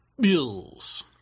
Bills